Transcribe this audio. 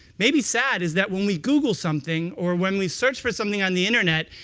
maybe sad, is that when we google something, or when we search for something on the internet,